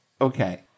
Okay